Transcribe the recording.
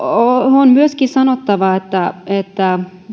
on myöskin sanottava että